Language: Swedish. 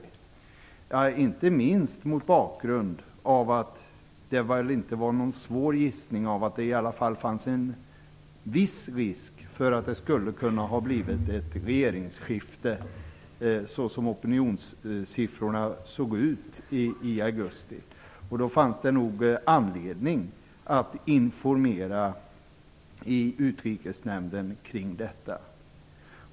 Det är märkligt inte minst mot bakgrund av att det inte var svårt att gissa att det fanns en viss risk för regeringsskifte, med tanke på hur opinionssiffrorna såg ut i augusti. Då fanns det nog anledning att informera i Utrikesnämnden kring detta.